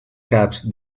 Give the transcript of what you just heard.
caps